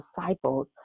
disciples